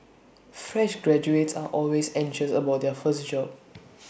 fresh graduates are always anxious about their first job